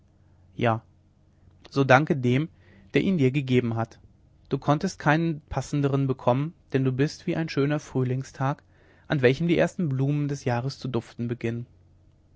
ja so danke dem der ihn dir gegeben hat du konntest keinen passenderen bekommen denn du bist wie ein schöner frühlingstag an welchem die ersten blumen des jahres zu duften beginnen